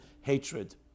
hatred